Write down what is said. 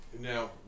Now